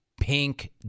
pink